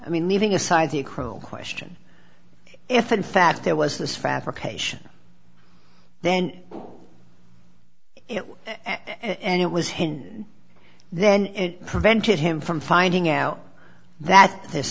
i mean leaving aside the cruel question if in fact there was this fabrication then it and it was hidden then it prevented him from finding out that this